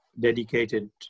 dedicated